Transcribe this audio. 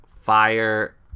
fire